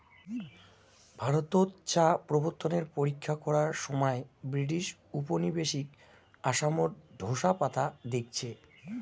ভারতত চা প্রবর্তনের পরীক্ষা করার সমাই ব্রিটিশ উপনিবেশিক আসামত ঢোসা পাতা দেইখছে